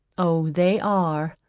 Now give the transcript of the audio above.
oh they are.